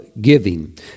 giving